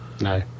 No